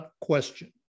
question